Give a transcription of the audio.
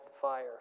fire